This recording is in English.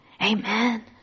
Amen